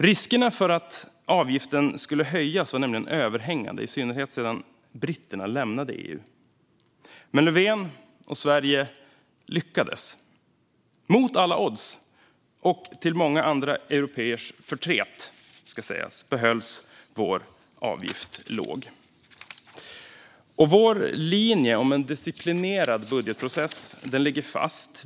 Riskerna för att avgiften skulle höjas var överhängande, i synnerhet sedan britterna lämnat EU. Men Löfven och Sverige lyckades - mot alla odds, och till många andra européers förtret, behölls Sveriges avgift låg. Vår linje om en disciplinerad budgetprocess ligger fast.